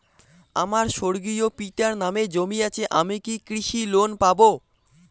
আমার স্বর্গীয় পিতার নামে জমি আছে আমি কি কৃষি লোন পাব?